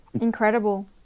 Incredible